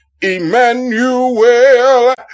Emmanuel